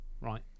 right